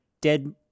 dead